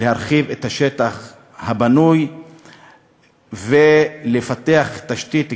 להרחיב את השטח הבנוי ולפתח תשתית כבישים.